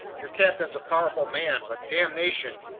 your captain's a powerful man, but damnation,